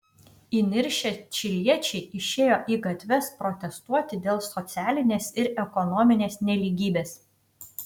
įniršę čiliečiai išėjo į gatves protestuoti dėl socialinės ir ekonominės nelygybės